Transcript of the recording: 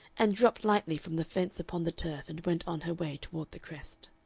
and dropped lightly from the fence upon the turf and went on her way toward the crest.